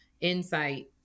insight